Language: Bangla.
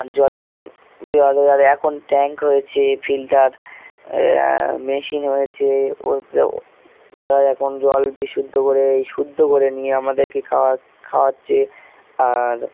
আর জলে আর এখন ট্যাঙ্ক হয়েছে ফিল্টার মেশিন হয়েছে ওতে তারা এখন জল বিশুদ্ধ করে এই শুদ্ধ করে নিয়ে আমাদেরকে খাওয়া খাওয়াচ্ছে আর